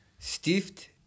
Stift